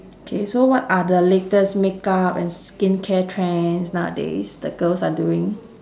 K so what are the latest make up and skincare trends nowadays the girls are doing